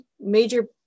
major